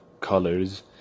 colors